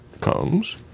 comes